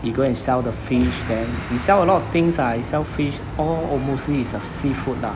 he go and sell the fish then he sell a lot of things ah he sell fish all mostly is a seafood lah